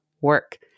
Work